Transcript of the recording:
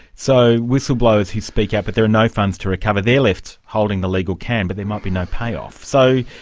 so whistleblowers who speak out but there are no funds to recover, they're left holding the legal can, but there might be no payoff. so,